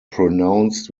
pronounced